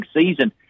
season